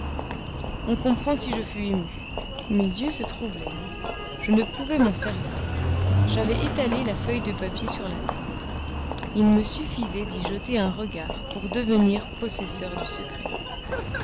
on comprend si je fus ému mes yeux se troublèrent je ne pouvais m'en servir j'avais étalé la feuille de papier sur la table il me suffisait d'y jeter un regard pour devenir possesseur du secret